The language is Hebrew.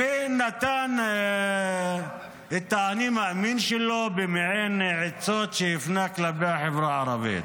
נתן את האני מאמין שלו במעין עצות שהפנה כלפי החברה הערבית.